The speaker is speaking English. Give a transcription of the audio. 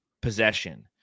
possession